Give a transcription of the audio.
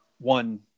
one